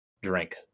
drink